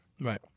Right